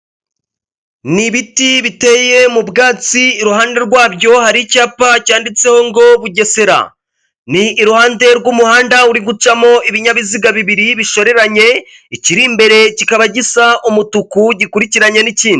N'ibiti biteye mu byatsi iruhande rwabyo hari icyapa cyanditseho ngo bugesera ni iruhande rw'umuhanda uri gucamo ibinyabiziga bibiri bishoreranye ikiri imbere kikaba gisa umutuku gikurikiranye n'ikindi.